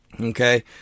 okay